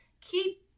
Keep